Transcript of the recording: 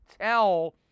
tell